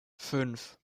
fünf